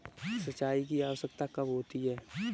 सिंचाई की आवश्यकता कब होती है?